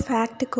Fact